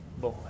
Boy